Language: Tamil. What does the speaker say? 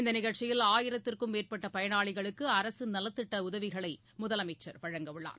இந்தநிகழ்ச்சியில் ஆயிரத்திற்கும் மேற்பட்டபயனாளிகளுக்குஅரசின் நலத்திட்டபணிகளைமுதலமைச்சர் வழங்க உள்ளார்